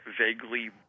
vaguely